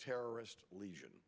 terrorist legion